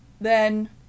Then